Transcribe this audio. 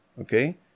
Okay